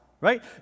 Right